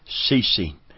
ceasing